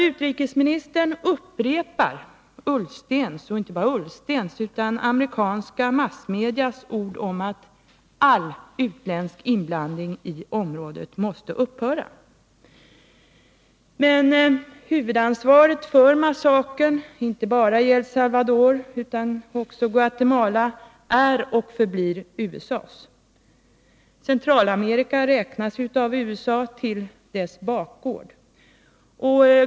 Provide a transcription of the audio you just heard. Utrikesministern upprepar Ola Ullstens, och inte bara Ola Ullstens utan amerikanska massmedias ord om att all utländsk inblandning i området måste upphöra. Men huvudansvaret för massakern, inte bara i El Salvador utan också i Guatemala, är och förblir USA:s. Centralamerika räknas av USA till dess bakgård.